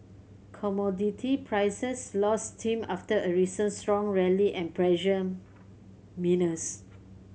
commodity prices lost steam after a recent strong rally and pressured